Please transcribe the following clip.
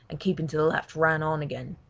and keeping to the left ran on again.